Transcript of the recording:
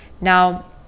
Now